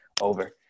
over